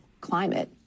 climate